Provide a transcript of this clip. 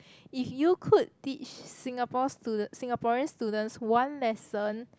if you could teach Singapore student~ Singaporean students one lesson